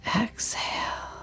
exhale